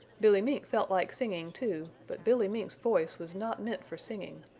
billy mink felt like singing too, but billy mink's voice was not meant for singing.